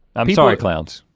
i'm sorry clowns.